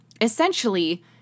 Essentially